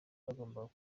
byagombaga